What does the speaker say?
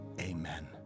amen